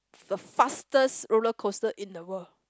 the fastest roller coaster in the world